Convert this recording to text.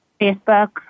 Facebook